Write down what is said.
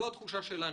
זו התחושה שלנו.